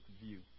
view